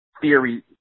theory